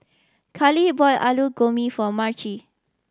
Karly bought Alu Gobi for Marci